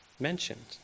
mentioned